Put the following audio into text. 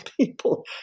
people